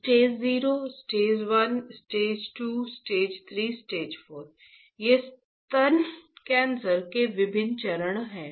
stage 0 stage 1 stage 2 stage 3 stage 4 ये स्तन cancer के विभिन्न चरण हैं